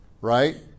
right